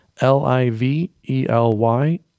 L-I-V-E-L-Y